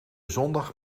zondag